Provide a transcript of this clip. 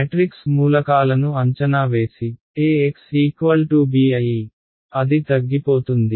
matrix మూలకాలను అంచనా వేసి ax b అయి అది తగ్గిపోతుంది